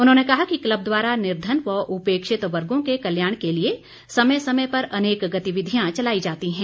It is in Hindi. उन्होंने कहा कि क्बल द्वारा निर्धन व उपेक्षित वर्गों के कल्याण के लिए समय समय पर अनेक गतिविधियां चलाई जाती हैं